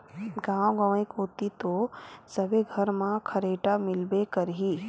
गाँव गंवई कोती तो सबे घर मन म खरेटा मिलबे करही